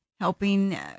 helping